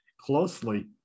Closely